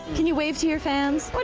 can you waive to your fans? but